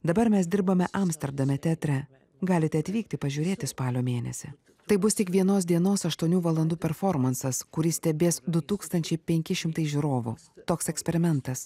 dabar mes dirbame amsterdame teatre galite atvykti pažiūrėti spalio mėnesį tai bus tik vienos dienos aštuonių valandų performansas kurį stebės du tūkstančiai penki šimtai žiūrovų toks eksperimentas